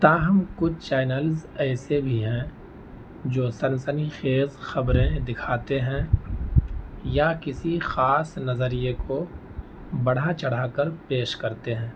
تاہم کچھ چینلز ایسے بھی ہیں جو سنسنی خیز خبریں دکھاتے ہیں یا کسی خاص نظریے کو بڑھا چڑھا کر پیش کرتے ہیں